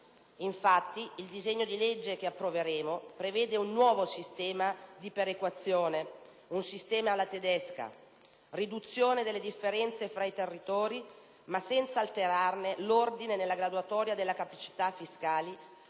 Il disegno di legge che approveremo prevede, infatti, un nuovo sistema di perequazione: un sistema alla tedesca, con riduzione delle differenze tra i territori, ma senza alterarne l'ordine nella graduatoria delle capacità fiscali